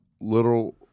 little